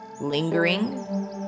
lingering